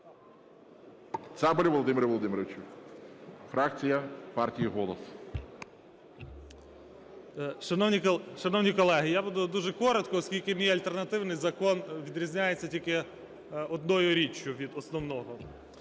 Цабалю Володимиру Володимировичу, фракція партії "Голос".